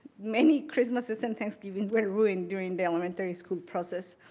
many christmases and thanksgivings were ruined during the elementary school process.